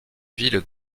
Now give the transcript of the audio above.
ville